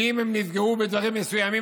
ואם הם נפגעו בדברים מסוימים,